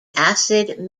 acid